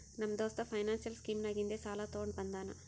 ನಮ್ಮ ದೋಸ್ತ financial scheme ನಾಗಿಂದೆ ಸಾಲ ತೊಂಡ ಬಂದಾನ್